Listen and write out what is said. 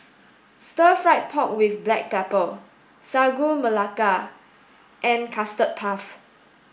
stir fried pork with black pepper Sagu Melaka and custard puff